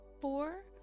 four